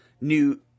new